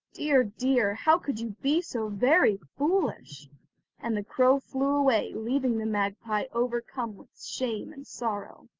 dear, dear! how could you be so very foolish and the crow flew away, leaving the magpie overcome with shame and sorrow.